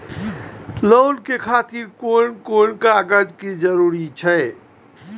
Loan के खातिर कोन कोन कागज के जरूरी छै?